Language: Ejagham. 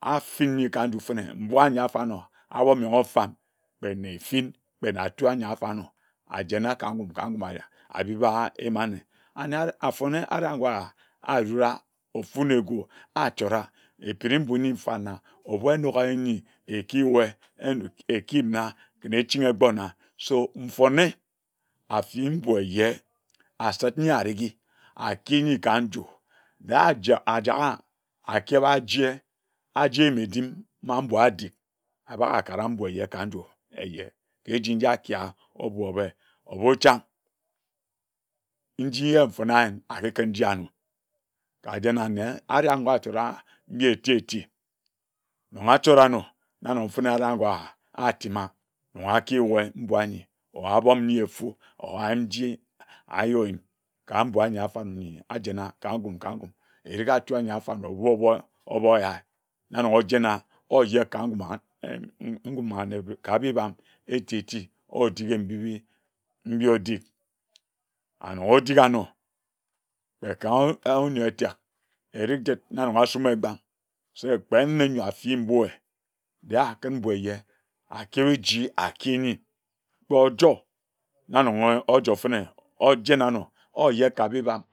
afin nyine ka nju fene mbui ayin afarnor amemenghe afab kpe nefin kpe natu anyak farnor ajena ka ngum ka ngum abiba eyima anne, anne afone arangwa adura afu ne egu achara ekpini mbui nyi farna ebu enok eyin nyini ekiyue enrig ekin na ken echin egbor na so mfone afi mbui eye asid na arighi aki nyi ka nju de ajak ajaka akeba aje. aje medim ma mbui adi abok akara mbui eye ka nju eye eji ye akia obui obe obu cham nji ye mfone ayin arikid njan kajen anne areh agor achora nyi etieti kpe nga achora anor naga fene areh agor atima nga akiyue mbui anyi or abome ye efu or ayim nji ayoyin ka mbui anyi afab nyi ajena ka ngum ka ngum eriga atya anyi afan na obuo oba omoyae naga ojena ojek ka nguma nguma anne bebam eti eti otikin mbibi nne odig and odiga anor kpe ka-ka onyoer etek erk jid na anoga asum egba se kpe nne nne afi mbui de akun mbui eye akeb eji aki nyi kpe ojor na nonge ojor fene ojen anor ojek ka bebam